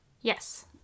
Yes